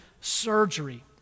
surgery